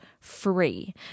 free